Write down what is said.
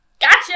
Gotcha